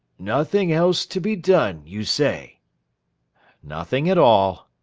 nothing else to be done, you say nothing at all